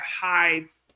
hides